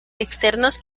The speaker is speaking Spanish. externos